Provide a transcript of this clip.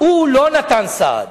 הוא לא נתן סעד.